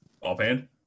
Offhand